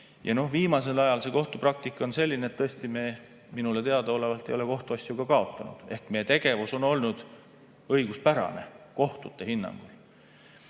asjadele. Viimasel ajal on see kohtupraktika selline, et me tõesti minule teada olevalt ei ole kohtuasju kaotanud, ehk meie tegevus on olnud õiguspärane kohtute hinnangul.